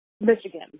Michigan